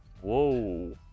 Whoa